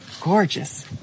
Gorgeous